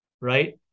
Right